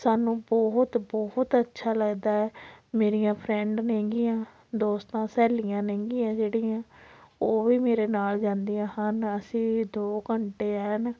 ਸਾਨੂੰ ਬਹੁਤ ਬਹੁਤ ਅੱਛਾ ਲੱਗਦਾ ਮੇਰੀਆਂ ਫਰੈਂਡ ਨੇਗੀਆਂ ਦੋਸਤਾਂ ਸਹੇਲੀਆਂ ਨੇਗੀਆਂ ਜਿਹੜੀਆਂ ਉਹ ਵੀ ਮੇਰੇ ਨਾਲ਼ ਜਾਂਦੀਆਂ ਹਨ ਅਸੀਂ ਦੋ ਘੰਟੇ ਐਨ